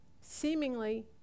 seemingly